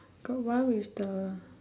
got one with the